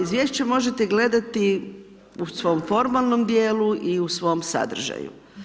Izvješće možete gledati u svom formalnom djelu i u svom sadržaju.